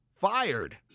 fired